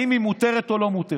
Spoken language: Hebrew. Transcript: האם היא מותרת או לא מותרת.